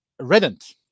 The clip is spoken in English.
Redent